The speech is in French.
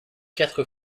quatre